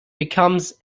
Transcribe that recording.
becomes